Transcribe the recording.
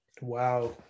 Wow